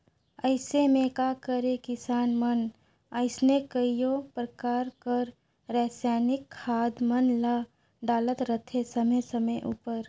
अइसे में का करें किसान मन अइसने कइयो परकार कर रसइनिक खाद मन ल डालत रहथें समे समे उपर